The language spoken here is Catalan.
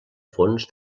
fons